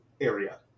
area